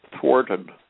thwarted